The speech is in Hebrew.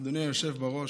אדוני היושב בראש,